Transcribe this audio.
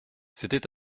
c’était